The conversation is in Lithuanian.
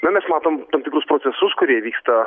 nu mes matom tam tikrus procesus kurie vyksta